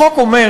החוק אומר,